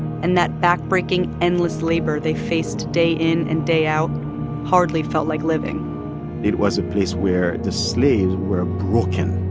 and that backbreaking, endless labor they faced day in and day out hardly felt like living it was a place where the slaves were broken